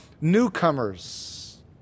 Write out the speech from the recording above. newcomers